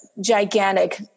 gigantic